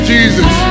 Jesus